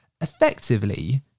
Effectively